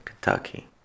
Kentucky